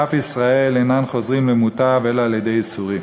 אף ישראל אינן חוזרים למוטב אלא על-ידי ייסורין.